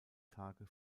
tage